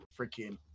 freaking